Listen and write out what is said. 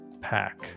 pack